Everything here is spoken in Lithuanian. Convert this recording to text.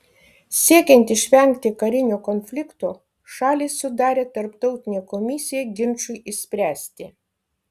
siekiant išvengti karinio konflikto šalys sudarė tarptautinę komisiją ginčui išspręsti